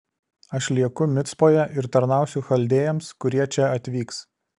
aš lieku micpoje ir tarnausiu chaldėjams kurie čia atvyks